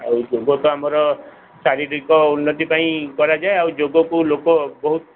ଆଉ ଯୋଗ ତ ଆମର ଶାରିରୀକ ଇନ୍ନତି ପାଇଁ କରାଯାଏ ଆଉ ଯୋଗକୁ ଲୋକ ବହୁତ